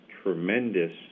tremendous